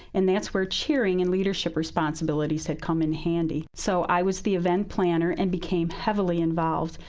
and that's where cheering and leadership responsibilities had come in handy. so i was the event planner and became heavily involved,